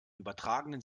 übertragenen